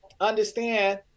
understand